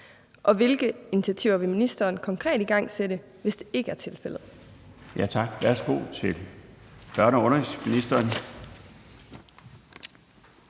og hvilke initiativer vil ministeren konkret igangsætte, hvis det ikke er tilfældet?